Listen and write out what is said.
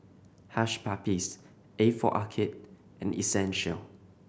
Hush Puppies A for Arcade and Essential